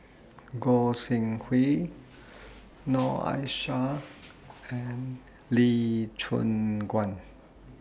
Goi Seng Hui Noor Aishah and Lee Choon Guan